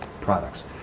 products